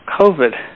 COVID